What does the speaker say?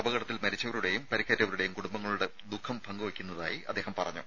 അപകടത്തിൽ മരിച്ചവരുടെയും പരിക്കേറ്റവരുടെയും കുടുംബങ്ങളുടെ ദുഃഖം പങ്കുവെയ്ക്കുന്നതായി അദ്ദേഹം പറഞ്ഞു